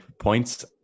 points